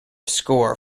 score